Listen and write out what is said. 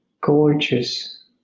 Gorgeous